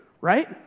right